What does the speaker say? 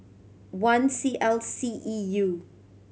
one C L C E U